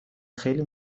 خیلی